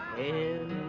in